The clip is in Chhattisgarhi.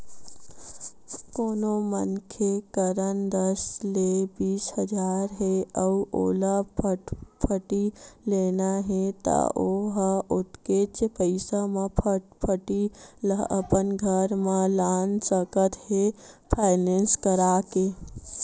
कोनो मनखे करन दस ले बीस हजार हे अउ ओला फटफटी लेना हे त ओ ह ओतकेच पइसा म फटफटी ल अपन घर म लान सकत हे फायनेंस करा के